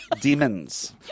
demons